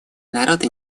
народы